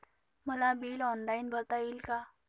मला bill online भरता येईल का?